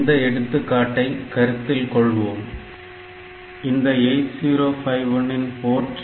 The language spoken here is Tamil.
இந்த 8051 இன் போர்ட் 3